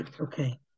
Okay